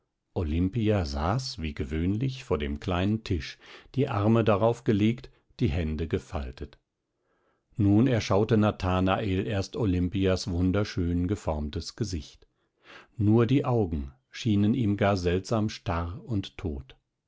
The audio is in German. olimpia saß wie gewöhnlich vor dem kleinen tisch die arme darauf gelegt die hände gefaltet nun erschaute nathanael erst olimpias wunderschön geformtes gesicht nur die augen schienen ihm gar seltsam starr und tot